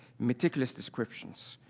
meticulous descriptions.